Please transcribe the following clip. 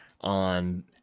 on